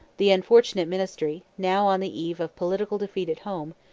the unfortunate ministry, now on the eve of political defeat at home,